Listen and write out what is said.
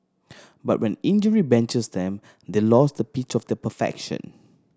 but when injury benches them they lose the pitch of the perfection